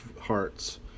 hearts